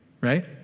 right